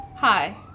Hi